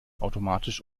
automatisch